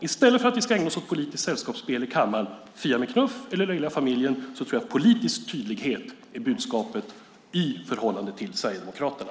I stället för att vi ska ägna oss åt politiskt sällskapsspel i kammaren - Fia med knuff eller Löjliga familjen - tror jag att politisk tydlighet är budskapet i förhållande till Sverigedemokraterna.